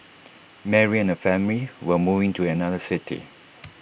Mary and her family were moving to another city